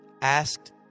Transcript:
asked